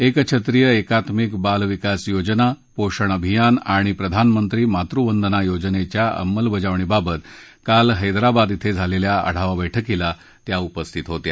एकछत्रीय एकात्मिक बाल विकास योजना पोषण अभियान आणि प्रधानमंत्री मातृवंदना योजनच्या अंमलबजावणीबाबत काल हैदराबाद इथझिलच्या आढावा बैठकीला त्या उपस्थित होत्या